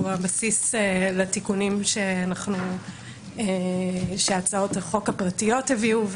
הוא הבסיס לתיקונים שהצעות החוק הפרטיות הביאו,